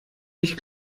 dich